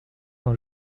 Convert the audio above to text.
dont